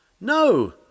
No